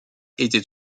était